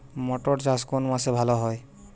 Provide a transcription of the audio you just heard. মটর চাষ কোন মাসে ভালো হয়?